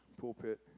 pulpit